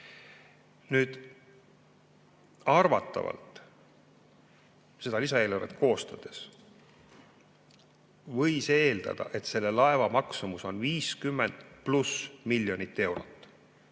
Nüüd, seda lisaeelarvet koostades võis eeldada, et selle laeva maksumus on 50+ miljonit eurot.